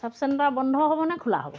চাব চেণ্টাৰ বন্ধ হ'বনে খোলা হ'ব